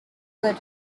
good